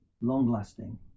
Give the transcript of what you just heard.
long-lasting